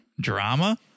drama